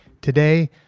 Today